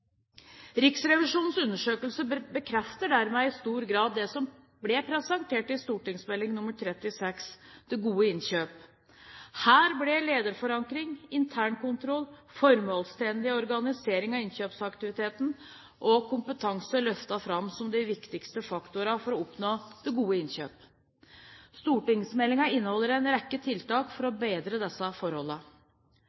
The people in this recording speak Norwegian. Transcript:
Riksrevisjonens undersøkelse bekrefter dermed i stor grad det som ble presentert i St.meld. nr. 36 for 2008–2009, Det gode innkjøp. Her ble lederforankring, intern kontroll, formålstjenlig organisering av innkjøpsaktiviteten og kompetanse løftet fram som de viktigste faktorene for å oppnå det gode innkjøp. Stortingsmeldingen inneholder en rekke tiltak for å